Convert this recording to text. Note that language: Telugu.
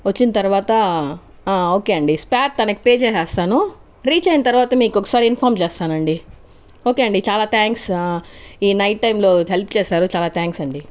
వచ్చిన తరువాత ఓకే అండి ఫేర్ తనకి పే చేసేస్తాను రీచ్ అయిన తరువాత మీకు ఒకసారి ఇన్ఫామ్ చేస్తాను అండి ఓకే అండి చాలా థ్యాంక్స్ ఈ నైట్ టైంలో హెల్ప్ చేసారు చాలా థ్యాంక్స్ అండి